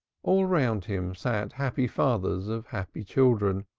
all round him sat happy fathers of happy children,